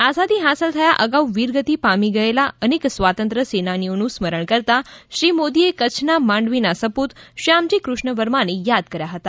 આઝાદી હાંસલ થયા અગાઉ વીરગતિ પામી ગયેલા અનેક સ્વાતંત્રય સેનાનીઓનું સ્મરણ કરતાં શ્રી મોદી એ કચ્છના માંડવીના સપૂત શ્યામજી કુષ્ણ વર્માને યાદ કર્યા હતા